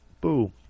Boom